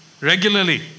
regularly